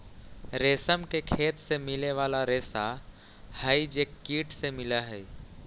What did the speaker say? रेशम के खेत से मिले वाला रेशा हई जे कीट से मिलऽ हई